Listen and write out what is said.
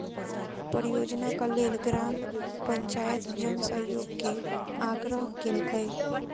परियोजनाक लेल ग्राम पंचायत जन सहयोग के आग्रह केलकै